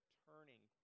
turning